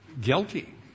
guilty